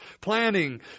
Planning